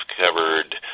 covered